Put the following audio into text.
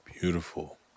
Beautiful